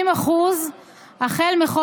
תודה רבה,